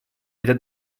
это